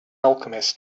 alchemist